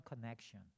connection